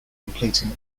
completing